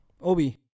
obi